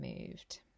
moved